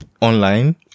Online